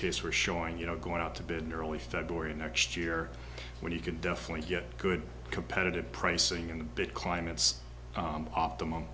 case are showing you know going out to bed early february of next year when you can definitely get good competitive pricing in the big climates optimum